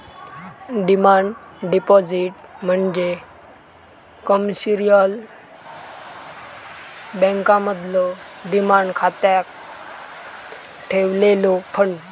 demand deposit म्हणजे commercial बँकांमधलो demand खात्यात ठेवलेलो फंड